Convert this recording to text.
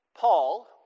Paul